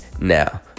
now